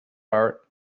are